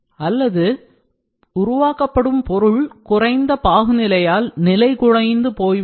அல்லது உருவாக்கப்படும் பொருள் குறைந்த பாகுநிலையால் நிலைகுலைந்து போய்விடும்